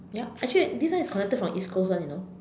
ya actually this one is connected from east coast [one] you know